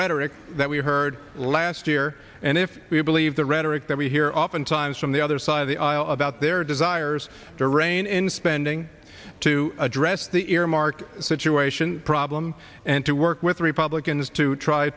rhetoric that we heard last year and if we believe the rhetoric that we hear oftentimes from the other side of the aisle about their desires to rein in spending to address the earmark situation problem and to work with republicans to try